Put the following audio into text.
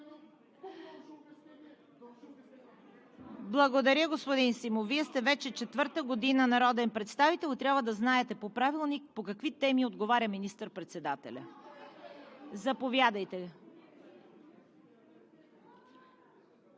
Благодаря, господин Симов. Вие сте вече четвърта година народен представител и трябва да знаете по Правилник по какви теми отговаря министър-председателят. Заповядайте,